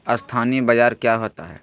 अस्थानी बाजार क्या होता है?